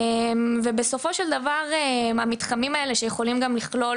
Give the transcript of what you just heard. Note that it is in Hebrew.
בסופו של דבר, המתחמים האלה שיכולים לכלול